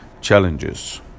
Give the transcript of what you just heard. challenges